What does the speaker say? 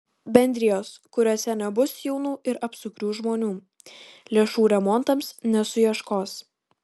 bendrijos kuriose nebus jaunų ir apsukrių žmonių lėšų remontams nesuieškos